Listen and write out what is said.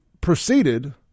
proceeded